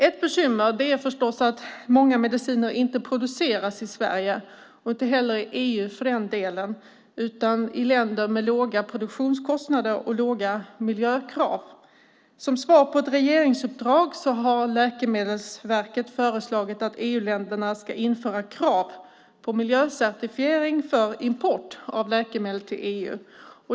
Ett bekymmer är förstås att många mediciner inte produceras i Sverige, och inte heller i EU för den delen, utan i länder med låga produktionskostnader och låga miljökrav. Som svar på ett regeringsuppdrag har Läkemedelsverket föreslagit att EU-länderna ska införa krav på miljöcertifiering för import av läkemedel till EU.